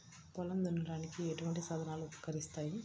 పొలం దున్నడానికి ఎటువంటి సాధనాలు ఉపకరిస్తాయి?